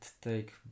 take